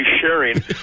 sharing